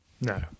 No